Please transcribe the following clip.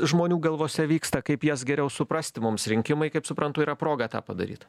žmonių galvose vyksta kaip jas geriau suprasti mums rinkimai kaip suprantu yra proga tą padaryt